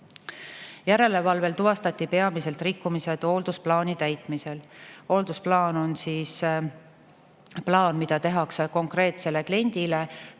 järelevalvel tuvastati peamiselt rikkumised hooldusplaani täitmisel. Hooldusplaan on plaan, mis tehakse konkreetsele kliendile.